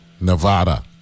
Nevada